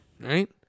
right